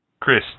Chris